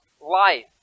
life